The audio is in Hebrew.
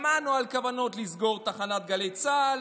שמענו על כוונות לסגור את תחנת גלי צה"ל